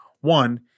One